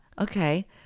Okay